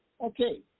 okay